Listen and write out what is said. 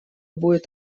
будет